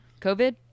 COVID